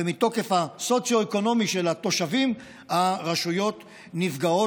ומתוקף המצב הסוציו-אקונומי של התושבים הרשויות נפגעות,